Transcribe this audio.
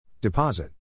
Deposit